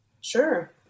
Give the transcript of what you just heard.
Sure